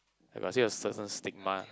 eh but still got certain stigma